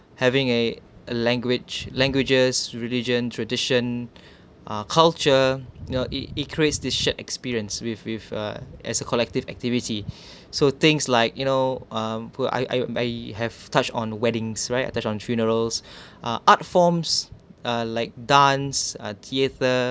having eh a language languages religion tradition uh culture you know it it creates this shared experience with with uh as a collective activity so things like you know um I I I have touched on weddings right I touched on funerals uh art forms uh like dance uh theatre